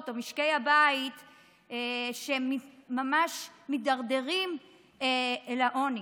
או משקי הבית שממש מידרדרים אל העוני.